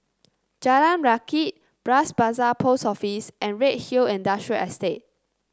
Jalan Rakit Bras Basah Post Office and Redhill Industrial Estate